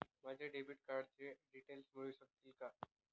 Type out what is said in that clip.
माझ्या डेबिट कार्डचे डिटेल्स मिळू शकतील का?